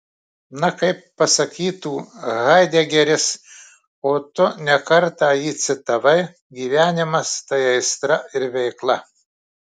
na kaip pasakytų haidegeris o tu ne kartą jį citavai gyvenimas tai aistra ir veikla